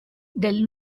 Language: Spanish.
del